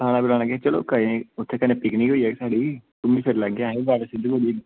खलाना पिलाना केह् ऐ उत्थें पिकनिक होई घुम्मी फिरी लैगे अस बी बावा सिद्ध गोरिये कन्नै